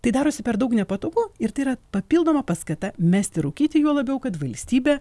tai darosi per daug nepatogu ir tai yra papildoma paskata mesti rūkyti juo labiau kad valstybė